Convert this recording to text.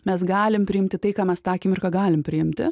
mes galim priimti tai ką mes tą akimirką galim priimti